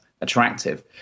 attractive